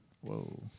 whoa